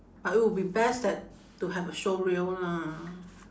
but it would be best that to have a showreel lah